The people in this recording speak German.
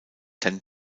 ten